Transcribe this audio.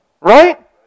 Right